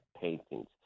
paintings